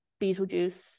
Beetlejuice